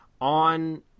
on